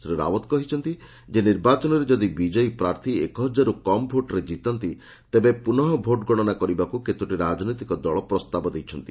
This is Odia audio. ଶ୍ରୀ ରାଓ୍ୱତ କହିଛନ୍ତି ଯେ ନିର୍ବାଚନରେ ଯଦି ବିଜୟୀ ପ୍ରାର୍ଥୀ ଏକହଜାରରୁ କମ୍ ଭୋଟ୍ରେ ଜିତନ୍ତି ତେବେ ପୁନଃ ଭୋଟ୍ ଗଣନା କରିବାକୁ କେତୋଟି ରାଜନୈତିକ ଦଳ ପ୍ରସ୍ତାବ ଦେଇଛନ୍ତି